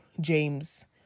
James